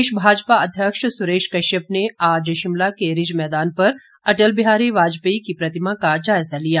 प्रदेश भाजपा अध्यक्ष सुरेश कश्यप ने आज शिमला के रिज मैदान पर अटल बिहारी वाजपेयी की प्रतिमा का जायजा लिया